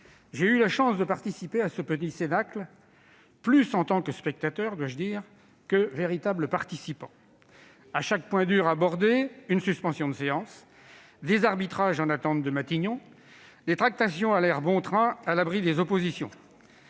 J'ai eu la chance de participer à ce petit cénacle, davantage en position de spectateur, je dois le dire, qu'en tant que véritable participant. À chaque point dur abordé, une suspension de séance, des arbitrages en attente de Matignon ; les tractations allèrent ainsi bon train à l'abri des oppositions.